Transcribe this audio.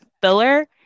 filler